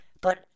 But